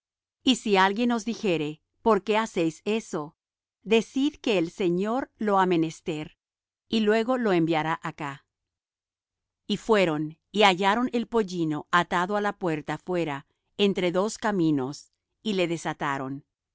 y si alguien os dijere por qué hacéis eso decid que el señor lo ha menester y luego lo enviará acá y fueron y hallaron el pollino atado á la puerta fuera entre dos caminos y le desataron